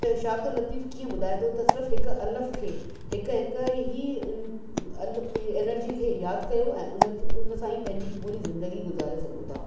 त शाह अब्दुल लतीफ़ कीअं ॿुधाए थो त सिर्फ़ु हिकु अलफ़ खे हिकु हिकु ई हिन अलु एनर्जीअ खे यादि कयो ऐं हुनखे हुन सां ई पंहिंजी पुरी ज़िंदगी गुज़ारे सघो था